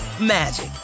magic